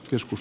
joskus